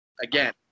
Again